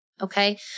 Okay